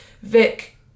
Vic